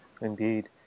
Indeed